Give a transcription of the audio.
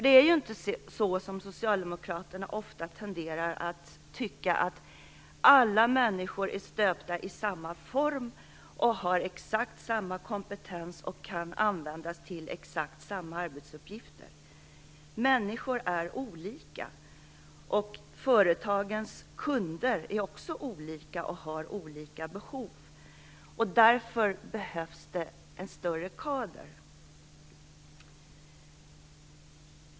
Det är ju inte så som Socialdemokraterna ofta tenderar att tycka, att alla människor är stöpta i samma form, har exakt samma kompetens och kan användas till exakt samma arbetsuppgifter. Människor är olika, och företagens kunder är också olika och har olika behov. Därför behövs det en större kader.